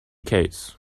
case